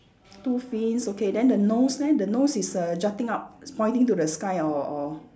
two fins okay then the nose leh the nose is err jutting up it's pointing to the sky or or